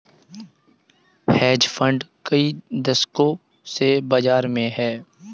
hedge fund कई दशकों से बाज़ार में हैं